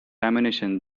ammunition